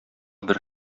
бер